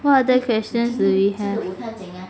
what other questions do we have